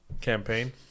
campaign